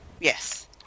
Yes